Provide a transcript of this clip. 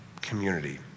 community